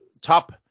top